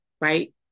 right